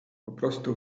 poprostu